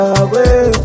away